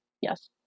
yes